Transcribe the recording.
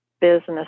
business